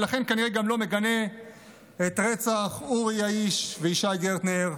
ולכן כנראה גם לא מגנה את רצח אורי יעיש וישי גרטנר,